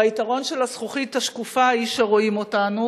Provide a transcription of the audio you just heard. והיתרון של הזכוכית השקופה הוא שרואים אותנו,